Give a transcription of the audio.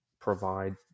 provide